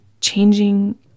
changing